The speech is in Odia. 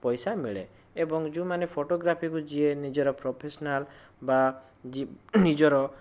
ପଇସା ମିଳେ ଏବଂ ଯେଉଁମାନେ ଫଟୋଗ୍ରାଫିକୁ ଯିଏ ନିଜର ପ୍ରଫେସନାଲ ବା ନିଜର